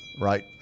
right